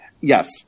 Yes